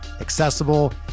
accessible